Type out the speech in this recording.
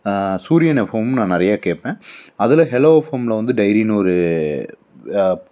சூரியன் எஃப்எம்மும் நான் நிறையா கேட்பேன் அதில் ஹெலோ எஃப்எம்மில் வந்து டைரின்னு ஒரு